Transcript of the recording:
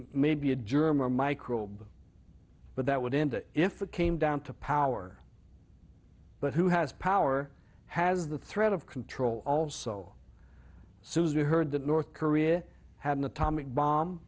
maybe a german microbe but that would end it if it came down to power but who has power has the threat of control also since we heard that north korea had an atomic bomb